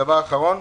דבר אחרון.